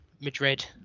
Madrid